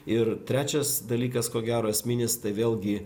ir trečias dalykas ko gero esminis tai vėlgi